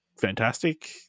fantastic